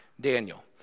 Daniel